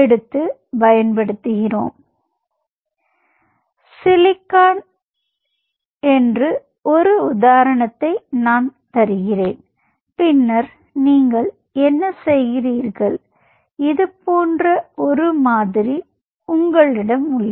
எடுத்து பயன்படுத்துகிறோம் எனவே நான் சிலிக்கான் என்று ஒரு உதாரணத்தை தருகிறேன் பின்னர் நீங்கள் என்ன செய்கிறீர்கள் இது போன்ற ஒரு மாதிரி உங்களிடம் உள்ளது